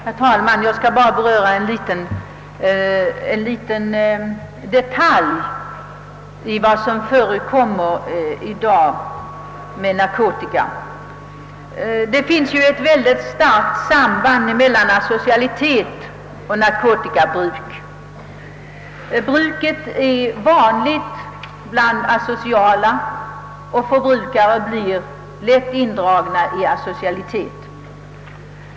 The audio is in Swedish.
Herr talman! Jag skall här bara beröra en liten detalj av det som i dag förekommer i narkotikasammanhang. Det finns ett mycket starkt samband mellan asocialitet och bruket av narkotika. Det bruket är vanligt bland asociala, och förbrukare blir lätt indragna i asocialitet.